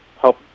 help